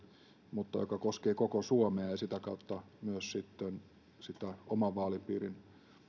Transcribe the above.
mutta joka koskee koko suomea ja sitä kautta myös sitten sitten oman vaalipiirin